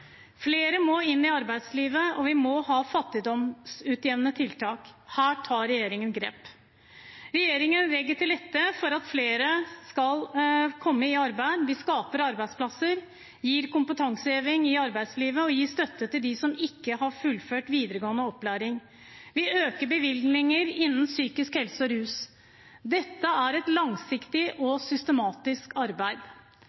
Flere må inn i arbeidslivet, og vi må ha fattigdomsutjevnende tiltak. Her tar regjeringen grep. Regjeringen legger til rette for at flere skal komme i arbeid. Vi skaper arbeidsplasser, gir kompetanseheving i arbeidslivet og gir støtte til dem som ikke har fullført videregående opplæring. Vi øker bevilgningene innen psykisk helse og rus. Dette er et langsiktig